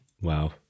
Wow